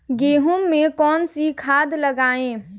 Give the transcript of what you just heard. गेहूँ में कौनसी खाद लगाएँ?